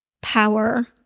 power